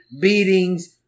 beatings